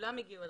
כולם הגיעו עד